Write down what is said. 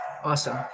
Awesome